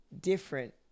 different